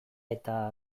eta